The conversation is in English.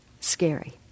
scary